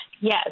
Yes